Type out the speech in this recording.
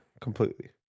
completely